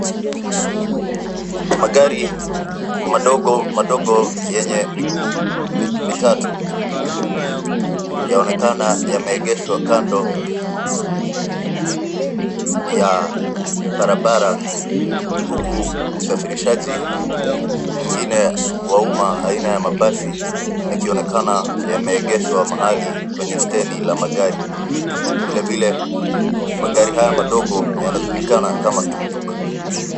Magari madogo madogo yenye miguu mitatu, yanaonekana yameegeshwa kando ya barabara huku usafirishaji mwingine wa umma aina ya mabasi yakionekana yameegeshwa mahali kwenye stendi la magari. Vilevile magari haya madogo yanajulikana kama tuktuk.